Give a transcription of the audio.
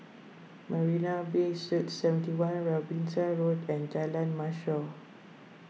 Marina Bay Suites seventy one Robinson Road and Jalan Mashhor